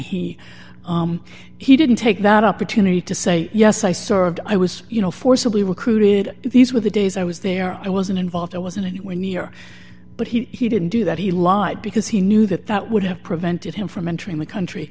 he he didn't take that opportunity to say yes i served i was you know forcibly recruited these were the days i was there i wasn't involved i wasn't anywhere near but he didn't do that he lied because he knew that that would have prevented him from entering the country